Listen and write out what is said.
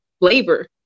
labor